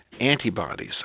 antibodies